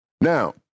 Now